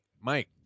Mike